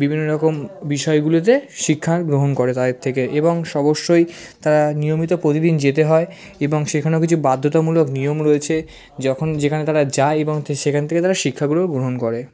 বিভিন্ন রকম বিষয়গুলোতে শিক্ষার গ্রহণ করে তাদের থেকে এবং অবশ্যই তারা নিয়মিত প্রতিদিন যেতে হয় এবং সেখানেও কিছু বাধ্যতামূলক নিয়ম রয়েছে যখন যেখানে তারা যায় এবং সেখান থেকে তারা শিক্ষাগুলো গ্রহণ করে